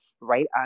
right